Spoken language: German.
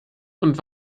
und